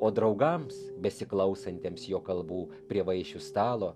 o draugams besiklausantiems jo kalbų prie vaišių stalo